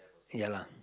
ya lah